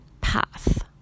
path